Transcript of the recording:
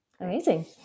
amazing